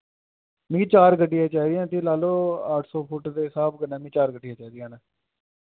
मिगी चार गड्डियां चाहि दियां ते लाई लैओ अट्ठ सौ फुट दे स्हाब कन्नै मिगी चार गड्डियां चाहि दियां न